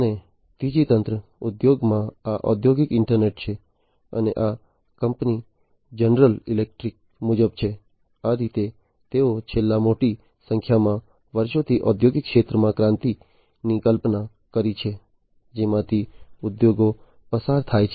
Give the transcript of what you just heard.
અને ત્રીજી તરંગ ઉદ્યોગોમાં આ ઔદ્યોગિક ઈન્ટરનેટ છે અને આ કંપની જનરલ ઈલેક્ટ્રીક મુજબ છે આ રીતે તેઓએ છેલ્લા મોટી સંખ્યામાં વર્ષોથી ઔદ્યોગિક ક્ષેત્રમાં ક્રાંતિની કલ્પના કરી છે જેમાંથી ઉદ્યોગો પસાર થયા છે